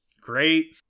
great